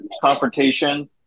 confrontation